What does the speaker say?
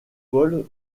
paul